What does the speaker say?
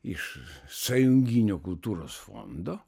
iš sąjunginio kultūros fondo